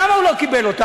למה הוא לא קיבל אותו?